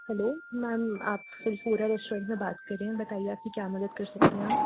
hello ma'am आप फिल्फूरा restaurant में बात कर रही हैं बताइए आपकी क्या मदद कर सकते हैं हम